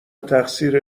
تقصیر